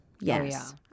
Yes